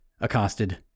accosted